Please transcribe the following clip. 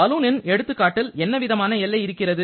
பலூனின் எடுத்துக்காட்டில் என்னவிதமான எல்லை இருக்கிறது